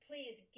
Please